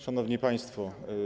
Szanowni Państwo!